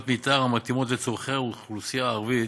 מתאר המתאימות לצורכי האוכלוסייה הערבית,